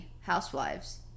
Housewives